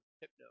hypno